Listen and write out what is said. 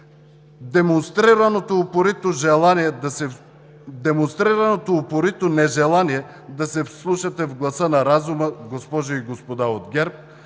Демонстрираното упорито нежелание да се вслушате в гласа на разума, госпожи и господа от ГЕРБ,